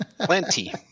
Plenty